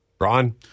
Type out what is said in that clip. Ron